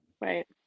right